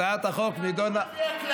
זה יהיה קצר, באחריות.